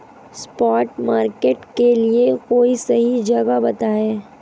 spot market के लिए कोई सही जगह बताएं